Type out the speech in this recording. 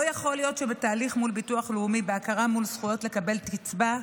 לא יכול להיות שבתהליך מול ביטוח לאומי להכרה מול זכויות קבלת קצבה,